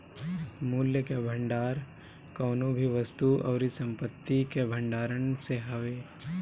मूल्य कअ भंडार कवनो भी वस्तु अउरी संपत्ति कअ भण्डारण से हवे